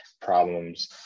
problems